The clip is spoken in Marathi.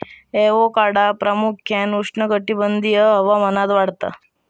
ॲवोकाडो प्रामुख्यान उष्णकटिबंधीय हवामानात वाढतत